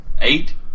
Eight